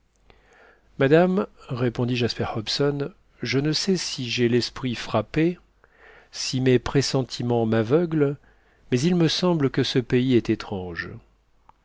madame répondit jasper hobson je ne sais si j'ai l'esprit frappé si mes pressentiments m'aveuglent mais il me semble que ce pays est étrange